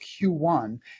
q1